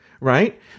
right